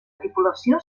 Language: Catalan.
tripulació